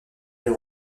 elle